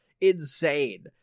insane